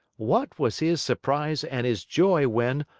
what was his surprise and his joy when,